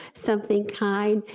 something kind,